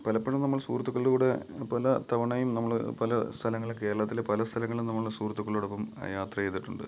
പലപ്പഴും നമ്മൾ സുഹൃത്തുക്കളുടെ കൂടെ പല തവണയും നമ്മള് പല സ്ഥലങ്ങളിലും കേരളത്തില് പല സ്ഥലങ്ങളിലും നമ്മള് സുഹൃത്തുക്കളോടൊപ്പം യാത്ര ചെയ്തിട്ടുണ്ട്